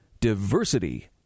diversity